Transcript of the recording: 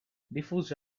diffuse